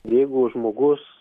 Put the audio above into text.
jeigu žmogus